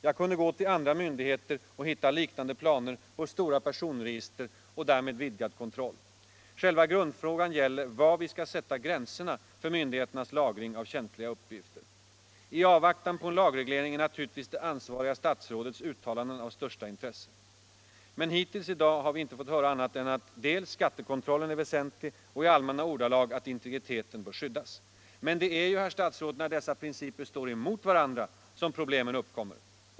Jag kunde gå till andra myndigheter och hitta liknande planer på stora personregister och därmed vidgad kontroll. Själva grundfrågan gäller var vi skall sätta gränserna för myndigheternas lagring av känsliga personuppgifter. I avvaktan på en lagreglering är naturligtvis det ansvariga statsrådets uttalanden av största intresse. Men hittills i dag har vi inte fått höra annat än dels att skattekontrollen är väsentlig, dels — i allmänna ordalag — att integriteten bör skyddas. Det är ju, herr statsråd, när dessa principer står emot varandra som problemen uppkommer.